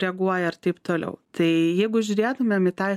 reaguoja ar taip toliau tai jeigu žiūrėtumėm į tą